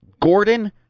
Gordon